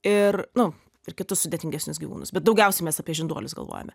ir nu ir kitus sudėtingesnius gyvūnus bet daugiausiai mes apie žinduolius galvojame